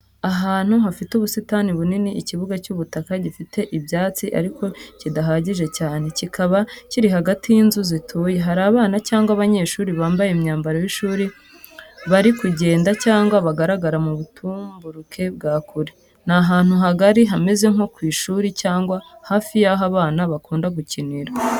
Ahantu hafite ubusitani bunini ikibuga cy’ubutaka gifite ibyatsi ariko bidahagije cyane kikaba kiri hagati y’inzu zituye. Hari abana cyangwa abanyeshuri bambaye imyambaro y’ishuri bari kugenda cyangwa bagaragara mu butumburuke bwa kure. Ni ahantu hagari hameze nko ku ishuri cyangwa hafi y’aho abana bakunda gukinira.